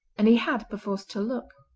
and he had, perforce, to look.